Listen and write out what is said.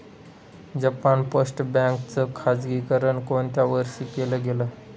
Japan post bank च खाजगीकरण कोणत्या वर्षी केलं गेलं?